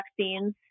vaccines